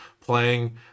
playing